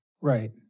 right